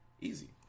Easy